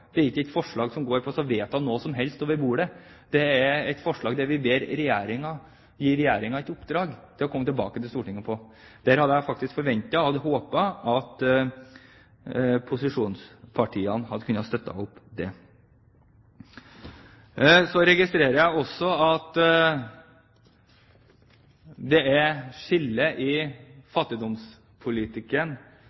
Det er ikke et forslag som går ut på å vedta noe som helst over bordet, det er et forslag der vi gir Regjeringen i oppdrag å komme tilbake til Stortinget. Det hadde jeg faktisk forventet og håpet at posisjonspartiene hadde kunnet støtte. Jeg registrerer også at det mellom regjeringspartiene er et retorisk skille når det gjelder fattigdomspolitikken. Det er